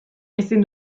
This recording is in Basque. ezin